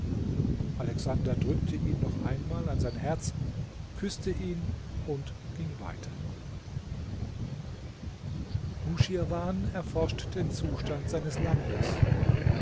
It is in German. alexander drückte ihn noch einmal an sein herz küßte ihn und ging weiter nuschirwan erforscht den zustand seines landes